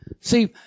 See